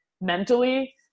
mentally